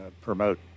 promote